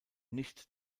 nicht